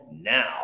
now